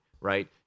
right